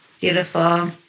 Beautiful